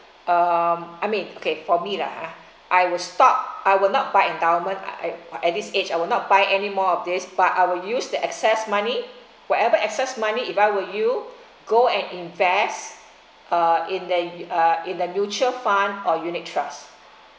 um I mean okay for me lah ha I will stop I will not buy endowment I at this age I will not buy anymore of this but I will use the excess money whatever excess money if I were you go and invest uh in the uh in the mutual fund or unit trust